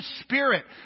Spirit